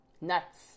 Nuts